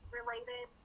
related